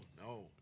no